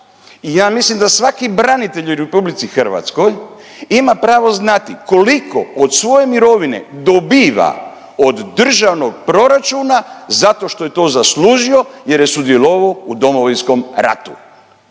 i ja mislim da svaki branitelj u Republici Hrvatskoj ima pravo znati koliko od svoje mirovine dobiva od državnog proračuna zato što je to zaslužio jer je sudjelovao u Domovinskom ratu.